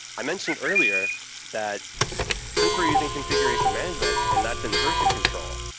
i mentioned earlier that since we're using configuration management and that's in version control,